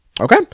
okay